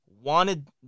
wanted